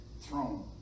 throne